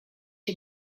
się